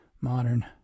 modern